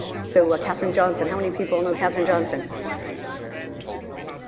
so katherine johnson, how many people know katherine johnson? katherine johnson, yes, no.